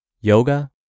yoga